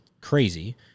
crazy